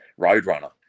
roadrunner